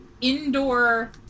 indoor